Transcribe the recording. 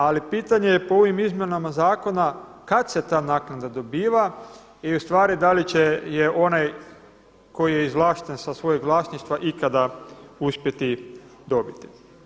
Ali pitanje je po ovim izmjenama zakona kada se ta naknada dobiva i ustvari da li će je onaj koji je izvlašten sa svojeg vlasništva ikada uspjeti dobiti.